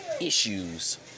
issues